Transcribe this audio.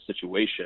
situation